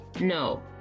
No